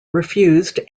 refused